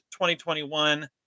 2021